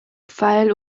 pfeil